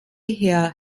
herr